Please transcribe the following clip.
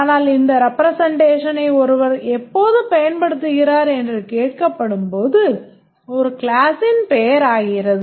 ஆனால் இந்த ரெப்ரெசென்ட்டேஷனை ஒருவர் எப்போது பயன்படுத்துகிறார் என்று கேட்கப்படும்போது இது கிளாஸ்ஸின் பெயர் ஆகிறது